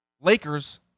Lakers